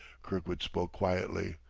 kirkwood spoke quietly,